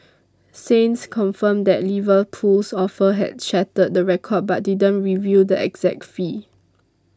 Saints confirmed that Liverpool's offer had shattered the record but didn't reveal the exact fee